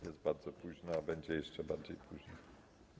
Jest bardzo późno, a będzie jeszcze bardziej późno.